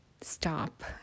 stop